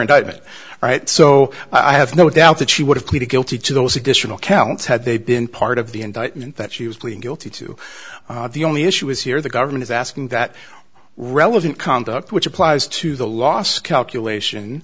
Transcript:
indictment right so i have no doubt that she would have pleaded guilty to those additional counts had they been part of the indictment that she was pleading guilty to the only issue is here the government is asking that relevant conduct which applies to the loss calculation